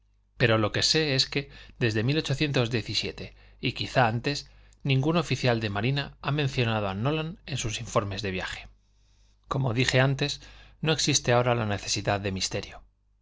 pero lo que sé es que desde y quizá antes ningún oficial de marina ha mencionado a nolan en sus informes de viaje como dije antes no existe ahora la necesidad de misterio